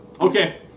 Okay